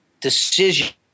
decision